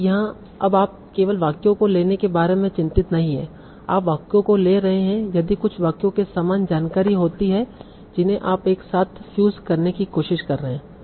क्योंकि यहाँ अब आप केवल वाक्यों को लेने के बारे में चिंतित नहीं हैं आप वाक्यों को ले रहे हैं यदि कुछ वाक्यों में समान जानकारी होती है जिन्हें आप एक साथ फ्यूज करने की कोशिश कर रहे हैं